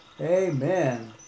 Amen